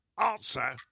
Answer